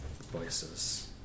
voices